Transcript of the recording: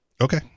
Okay